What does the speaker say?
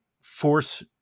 force